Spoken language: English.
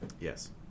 Yes